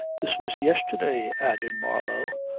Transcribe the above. this was yesterday, added marlow,